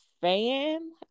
fan